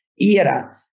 era